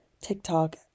TikTok